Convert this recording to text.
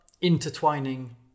intertwining